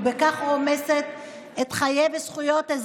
ובכך רומסת את חייהם וזכויותיהם של